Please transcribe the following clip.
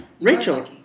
Rachel